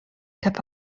cap